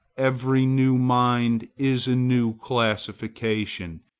every new mind is a new classification.